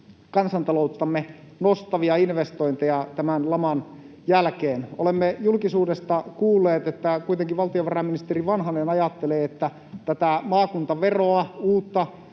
kansantalouttamme nostavia investointeja tämän laman jälkeen. Olemme julkisuudesta kuulleet, että kuitenkin valtiovarainministeri Vanhanen ajattelee, että tätä maakuntaveroa, uutta